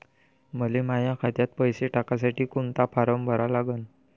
मले माह्या खात्यात पैसे टाकासाठी कोंता फारम भरा लागन?